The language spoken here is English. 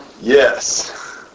yes